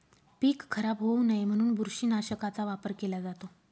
पीक खराब होऊ नये म्हणून बुरशीनाशकाचा वापर केला जातो